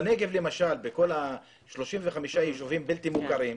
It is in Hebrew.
בנגב, למשל, בכל 35 היישובים בלתי מוכרים.